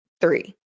three